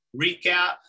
recap